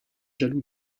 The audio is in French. jaloux